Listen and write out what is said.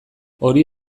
hori